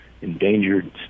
endangered